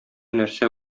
нәрсә